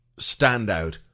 standout